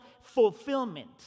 fulfillment